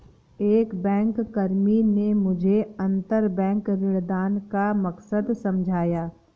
एक बैंककर्मी ने मुझे अंतरबैंक ऋणदान का मकसद समझाया